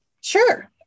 Sure